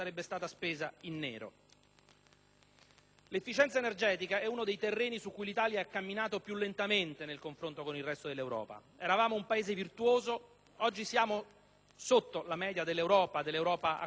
L'efficienza energetica è uno dei terreni su cui l'Italia ha camminato più lentamente nel confronto con il resto dell'Europa. Eravamo un Paese virtuoso; oggi siamo sotto la media dell'Europa a 15, vale a dire